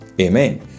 Amen